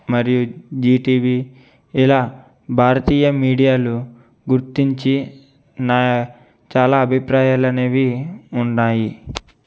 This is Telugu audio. మరియు జీటీవీ ఇలా భారతీయా మీడియాలు గుర్తించి నా చాలా అభిప్రాయాలనేవి ఉన్నాయి